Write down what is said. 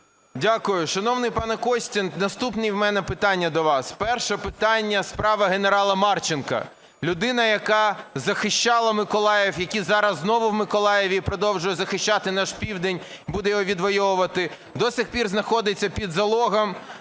Дякую. Шановний пане Костін, наступні в мене питання до вас. Перше питання – справа генерала Марченка. Людина, яка захищала Миколаїв, який зараз знову в Миколаєві і продовжує захищати наш Південь і буде його відвойовувати, до цих пір знаходиться під залогом.